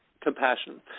compassion